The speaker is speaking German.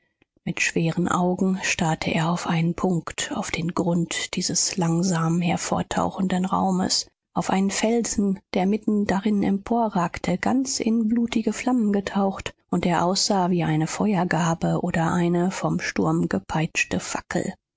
mit schweren augen starrte er auf einen punkt auf den grund dieses langsam hervortauchenden raumes auf einen felsen der mitten darin emporragte ganz in blutige flammen getaucht und der aussah wie eine feuergarbe oder eine vom sturm gepeitschte fackel